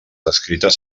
escrites